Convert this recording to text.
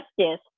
justice